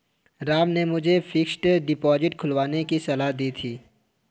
राम ने मुझे fixed deposit खुलवाने की सलाह दी थी